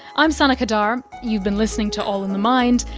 i'm sana qadar. you've been listening to all in the mind,